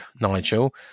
Nigel